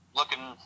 looking